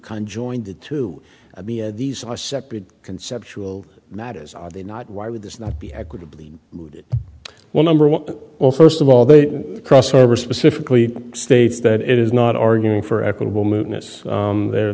conjoined it to be these are separate conceptual matters are they not why would this not be equitably well number one well first of all they cross over specifically states that it is not arguing for equitable